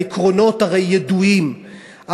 העקרונות הרי ידועים,